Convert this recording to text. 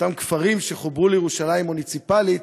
אותם כפרים שחוברו לירושלים מוניציפלית,